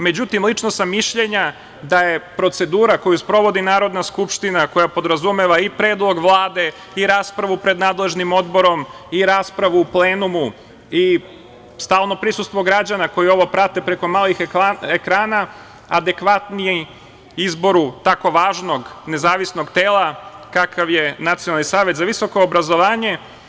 Međutim, lično sam mišljenja da je procedura koju sprovodi Narodna skupština, koja podrazumeva i predlog Vlade i raspravu pred nadležnim odborom i raspravu u plenumu i stalno prisustvo građana koji ovo prate preko malih ekrana, adekvatniji izboru tako važnog nezavisnog tela kakav je Nacionalni savet za visoko obrazovanje.